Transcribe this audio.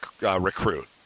recruit